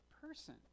person